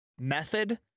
method